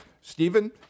Stephen